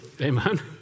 Amen